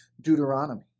Deuteronomy